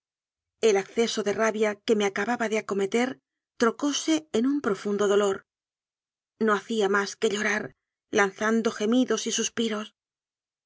el acceso de rabia que me acababa de acometer trocóse en un profundo dolor no hacía más que llorar lanzando gemidos y suspiros